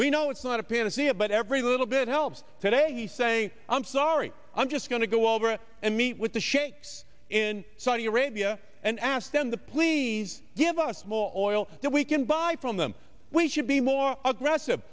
we know it's not a panacea but every little bit helps today you say i'm sorry i'm just going to go over and meet with the shakes in saudi arabia and ask them to please give us more oil that we can buy from them we should be more aggressive